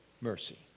mercy